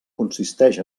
consisteix